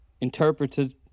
interpreted